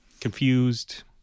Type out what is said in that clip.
Confused